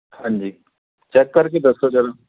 ਹਾਂਜੀ ਚੈੱਕ ਕਰਕੇ ਦੱਸੋ ਜਰਾ